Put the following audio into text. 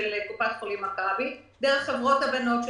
קופת חולים מכבי דרך חברות הבנות שלהם,